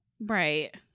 Right